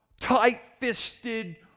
tight-fisted